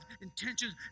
intentions